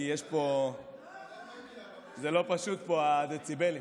כי לא פשוט פה עם הדציבלים.